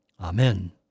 Amen